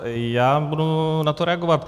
Já budu na to reagovat.